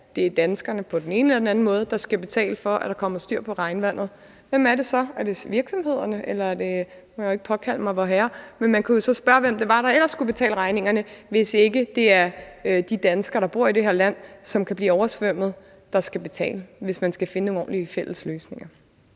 det er danskerne på den ene eller den anden måde, der skal betale for, at der kommer styr på regnvandet, hvem er det så? Er det virksomhederne? Nu må jeg jo ikke påkalde mig Vorherre, men man kunne jo så spørge, hvem det ellers var, der skulle betale regningerne, hvis ikke det er de danskere, der bor i det her land, som kan blive oversvømmet, der skal betale, hvis man skal finde nogle ordentlige fælles løsninger.